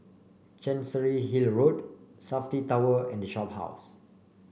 Chancery Hill Road Safti Tower and Shophouse